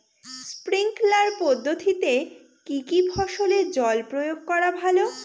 Sprinkler পদ্ধতিতে কি কী ফসলে জল প্রয়োগ করা ভালো?